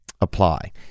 apply